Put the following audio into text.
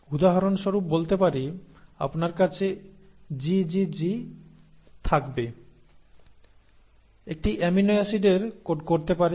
উদাহরণস্বরূপ বলতে পারি আপনার কাছে GGG থাকবে একটি অ্যামিনো অ্যাসিডের কোড করতে পারে